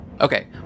Okay